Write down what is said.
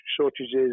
shortages